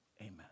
amen